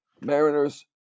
Mariners